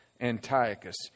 Antiochus